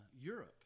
Europe